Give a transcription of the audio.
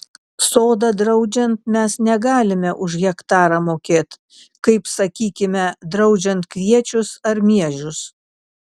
sodą draudžiant mes negalime už hektarą mokėt kaip sakykime draudžiant kviečius ar miežius